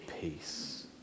peace